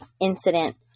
incident